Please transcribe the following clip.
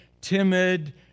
timid